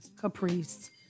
Caprice